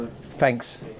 thanks